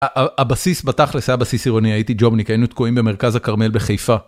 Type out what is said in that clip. הבסיס בת'כלס, זה היה בסיס עירוני, הייתי ג'ובניק, היינו תקועים במרכז הכרמל בחיפה.